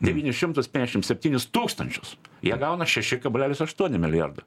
devynis šimtus peniašim septynis tūkstančius jie gauna šeši kablelis aštuoni milijardo